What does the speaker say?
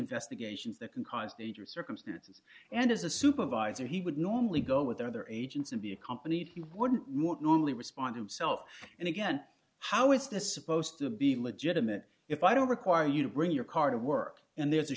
investigations that can cause the circumstances and as a supervisor he would normally go with the other agents and be accompanied he wouldn't normally respond himself and again how is this supposed to be legitimate if i don't require you to bring your car to work and there's a